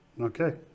okay